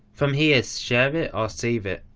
from here share it or save it.